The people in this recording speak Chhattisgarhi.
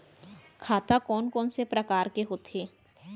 खाता कोन कोन से परकार के होथे?